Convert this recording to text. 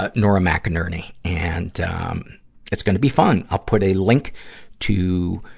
ah nora mcinerny. and um it's gonna be fun. i'll put a link to,